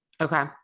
Okay